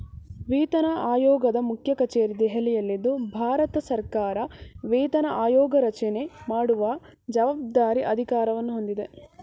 ವೇತನಆಯೋಗದ ಮುಖ್ಯಕಚೇರಿ ದೆಹಲಿಯಲ್ಲಿದ್ದು ಭಾರತಸರ್ಕಾರ ವೇತನ ಆಯೋಗರಚನೆ ಮಾಡುವ ಜವಾಬ್ದಾರಿ ಅಧಿಕಾರವನ್ನು ಹೊಂದಿದೆ